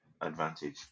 advantage